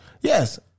Yes